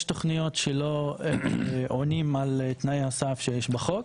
יש תוכניות שלא עונים על תנאי הסף שיש בחוק.